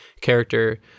character